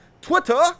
Twitter